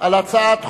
על הצעת חוק,